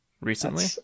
recently